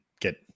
get